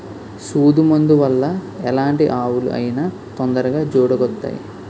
సూదు మందు వల్ల ఎలాంటి ఆవులు అయినా తొందరగా జోడుకొత్తాయి